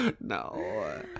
no